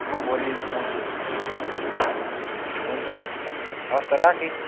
म भोलि आउँछु तपाईँको दोकानमा हुन्छ हवस् त हवस् त राखेँ